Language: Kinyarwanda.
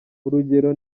urugero